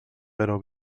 pero